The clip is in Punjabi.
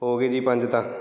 ਹੋ ਗਏ ਜੀ ਪੰਜ ਤਾਂ